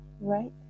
right